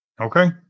Okay